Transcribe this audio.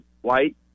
white